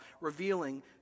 revealing